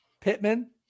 Pittman